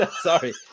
Sorry